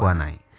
ah nine